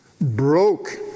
broke